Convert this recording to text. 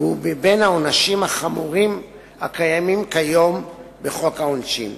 והוא מבין העונשים החמורים הקיימים כיום בחוק העונשין.